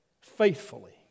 faithfully